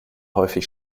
häufig